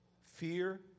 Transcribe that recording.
fear